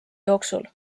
jooksul